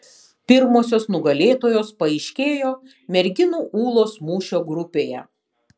pirmosios nugalėtojos paaiškėjo merginų ūlos mūšio grupėje